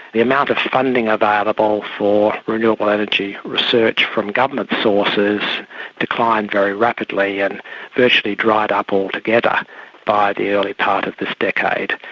the amount of funding available for renewable energy research from government government sources declined very rapidly and virtually dried up altogether by the early part of this decade.